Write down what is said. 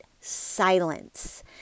silence